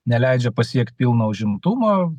neleidžia pasiekt pilno užimtumo